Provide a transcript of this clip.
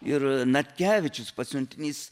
ir natkevičius pasiuntinys